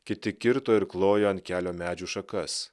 kiti kirto ir klojo ant kelio medžių šakas